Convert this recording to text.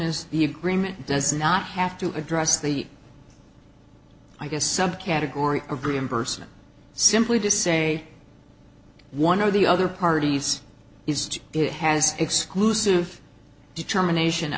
is the agreement does not have to address the i guess subcategory of reimbursement simply to say one of the other parties used it has exclusive determination